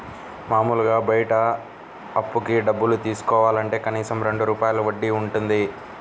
మాములుగా బయట అప్పుకి డబ్బులు తీసుకోవాలంటే కనీసం రెండు రూపాయల వడ్డీ వుంటది